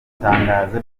itangazo